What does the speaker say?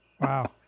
Wow